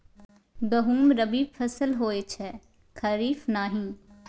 गहुम रबी फसल होए छै खरीफ नहि